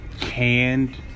canned